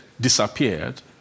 disappeared